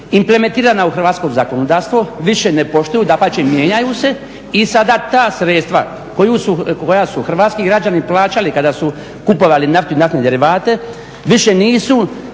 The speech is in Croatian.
implementirana u hrvatsko zakonodavstvo više ne poštuju, dapače mijenjaju se i sada ta sredstva koja su hrvatski građani plaćali kada su kupovali naftu i naftne derivate, više nisu